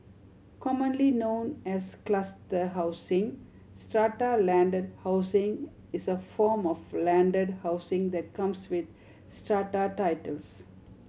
commonly known as cluster housing strata landed housing is a form of landed housing that comes with strata titles